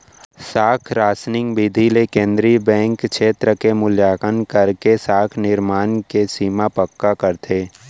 साख रासनिंग बिधि ले केंद्रीय बेंक छेत्र के मुल्याकंन करके साख निरमान के सीमा पक्का करथे